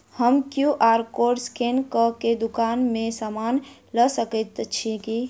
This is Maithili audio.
हम क्यू.आर कोड स्कैन कऽ केँ दुकान मे समान लऽ सकैत छी की?